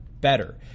better